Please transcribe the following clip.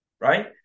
Right